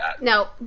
No